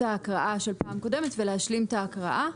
ההקראה של פעם קודמת ולהשלים את ההקראה.